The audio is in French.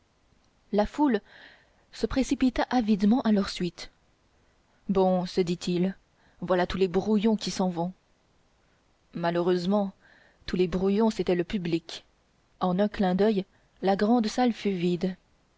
la foule se précipita avidement à leur suite bon se dit-il voilà tous les brouillons qui s'en vont malheureusement tous les brouillons c'était le public en un clin d'oeil la grand salle fut vide